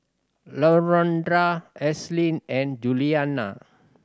Londra Ashlyn and Juliann